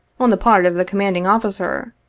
on the part of the com manding officer,